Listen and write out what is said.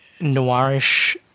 noirish